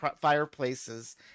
fireplaces